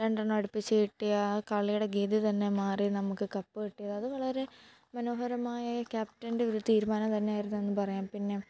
രണ്ടെണ്ണം അടിപ്പിച്ചു കിട്ടിയ ആ കളിയുടെ ഗതി തന്നെ മാറി നമുക്ക് കപ്പ് കിട്ടിയത് അത് വളരെ മനോഹരമായ ക്യാപ്റ്റൻ്റെ ഒരു തീരുമാനം തന്നെയായിരുന്നു എന്നു പറയാം പിന്നെ